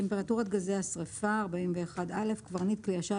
"טמפרטורת גזי השריפה קברניט כלי השיט